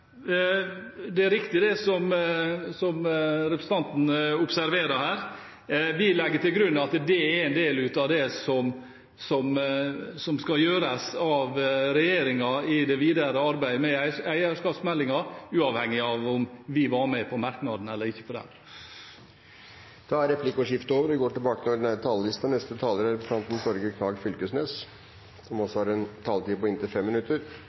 Det er riktig, som representanten Knag Fylkesnes observerer her, at vi legger til grunn at det er en del av det som skal gjøres av regjeringen i det videre arbeidet med eierskapsmeldingen, uavhengig av om vi er med på merknaden eller ikke. Replikkordskiftet er omme. Alle i denne salen er einige om at staten skal eige, og alle er også einige om at staten ikkje skal eige alt. Vi er alle for ein blandingsøkonomi, men der stoppar også einigheita. Den store forskjellen er